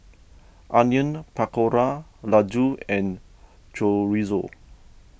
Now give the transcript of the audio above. Onion Pakora Ladoo and Chorizo